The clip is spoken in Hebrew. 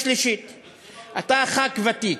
אתה ח"כ ותיק.